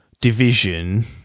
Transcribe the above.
division